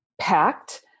packed